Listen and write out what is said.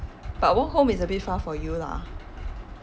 but walk home is a bit far for you lah